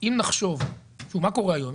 מה קורה היום?